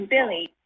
Billy